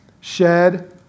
shed